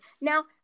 Now